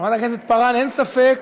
חברת הכנסת פארן, אין ספק